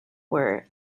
were